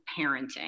parenting